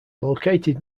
located